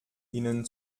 ihnen